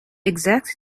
exact